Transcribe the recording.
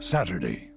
Saturday